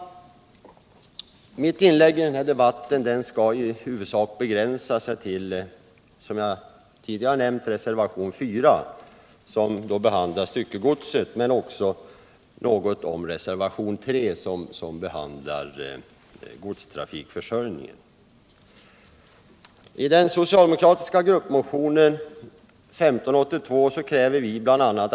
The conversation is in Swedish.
Mitt inlägg i den här debatten skall i huvudsak begränsa sig till reservationen 4, som alltså gäller styckegodstrafiken. Men jag skall också säga några ord om reservationen 3, som behandlar godstrafikförsörjningen. I den socialdemokratiska gruppmotionen 1582 kräver vibl.a.